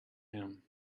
him